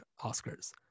oscars